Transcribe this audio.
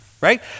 right